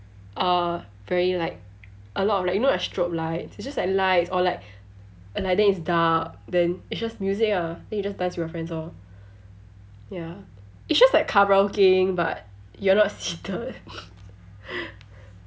uh very like a lot of like you know the strobelight it's just like lights or like like then it's dark then it's just music ah then you just dance with your friends lor ya it's just like karaokeing but you're not seated